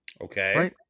Okay